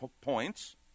points